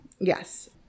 Yes